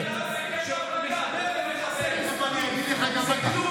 השר קרעי, כולה חיבור וחיסור,